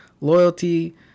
loyalty